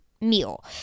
meal